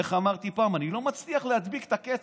איך אמרתי פעם, אני לא מצליח להדביק את הקצב.